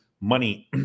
money